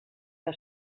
que